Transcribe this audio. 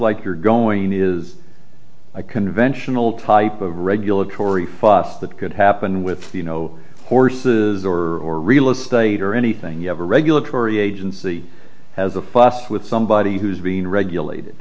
like you're going is a conventional type of regulatory fuss that could happen with you know horses or real estate or anything you have a regulatory agency has a fuss with somebody who's been regulated